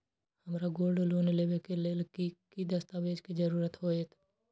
हमरा gold loan लेबे के लेल कि कि दस्ताबेज के जरूरत होयेत?